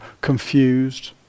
confused